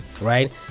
right